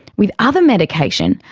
with other medication,